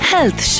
Health